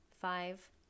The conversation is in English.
Five